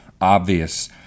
obvious